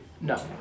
No